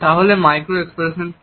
তাহলে micro expressions কি